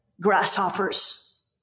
grasshoppers